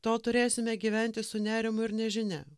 tol turėsime gyventi su nerimu ir nežinia